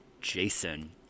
Jason